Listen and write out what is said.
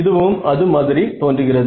இதுவும் அது மாதிரி தோன்றுகிறது